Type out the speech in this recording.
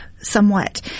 somewhat